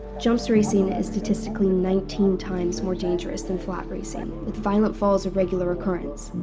jumps racing is statistically nineteen times more dangerous than flat racing, with violent falls a regular occurrence.